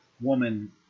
woman